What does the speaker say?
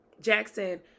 Jackson